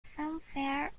filmfare